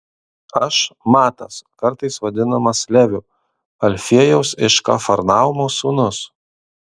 aš matas kartais vadinamas leviu alfiejaus iš kafarnaumo sūnus